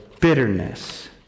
bitterness